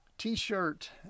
T-shirt